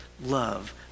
love